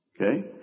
Okay